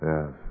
Yes